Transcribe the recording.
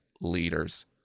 leaders